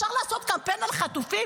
אפשר לעשות קמפיין על חטופים?